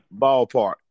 ballpark